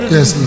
Yes